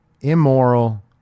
immoral